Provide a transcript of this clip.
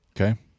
Okay